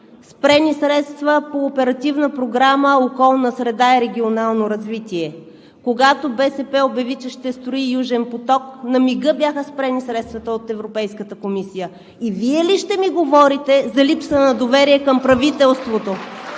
спрени са средствата по Оперативна програма „Околна среда и регионално развитие“. Когато БСП обяви, че ще строи Южен поток, на мига бяха спрени средствата от Европейската комисия. И Вие ли ще ми говорите за липса на доверие към правителството?